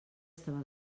estava